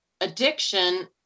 addiction